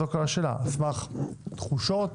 על סמך תחושות?